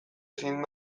ezin